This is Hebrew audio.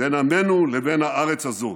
בין עמנו לבין הארץ הזאת.